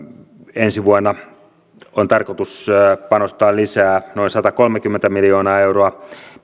ensi vuonna on tarkoitus panostaa lisää noin satakolmekymmentä miljoonaa euroa